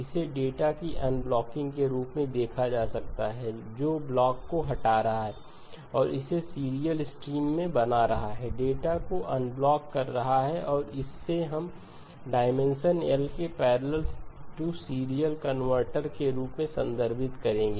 इसे डेटा की अनब्लॉकिंग के रूप में देखा जा सकता है जो ब्लॉक को हटा रहा है और इसे सीरियल स्ट्रीम में बना रहा है डेटा को अनब्लॉक कर रहा है और इसे हम डायमेंशन L के पैरेलल टू सीरियल कनवर्टर के रूप में संदर्भित करेंगे